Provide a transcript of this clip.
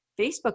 Facebook